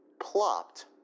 plopped